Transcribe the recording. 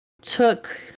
took